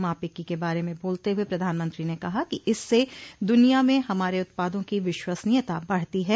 मापिकी के बारे में बोलते हुए प्रधानमंत्री ने कहा कि इससे द्रनिया में हमारे उत्पादों की विश्वसनीयता बढ़ती है